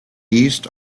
east